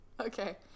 Okay